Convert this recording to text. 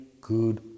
good